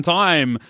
time